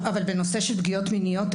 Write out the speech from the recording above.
אבל בנושא של פגיעות מיניות,